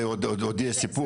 הצמדה זה עוד יהיה סיפור,